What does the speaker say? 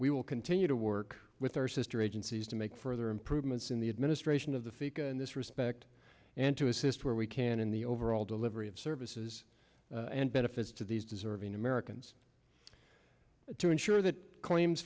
we will continue to work with our sister agencies to make further improvements in the administration of the faith in this respect and to assist where we can in the overall delivery of services and benefits to these deserving americans to ensure that claims